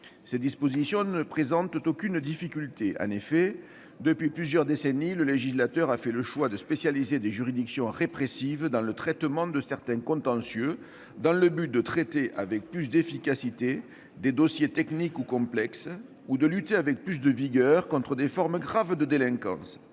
Ces dispositions ne présentent aucune difficulté. En effet, depuis plusieurs décennies, le législateur a fait le choix de spécialiser des juridictions répressives dans le traitement de certains contentieux, dans le but de traiter avec plus d'efficacité des dossiers techniques ou complexes ou de lutter avec plus de vigueur contre des formes graves de délinquance.